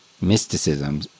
mysticism